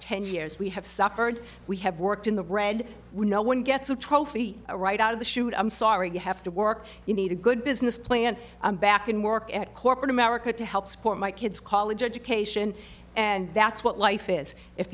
ten years we have suffered we have worked in the red we no one gets a trophy right out of the chute i'm sorry you have to work you need a good business plan i'm back in work at corporate america to help support my kids college education and that's what life is if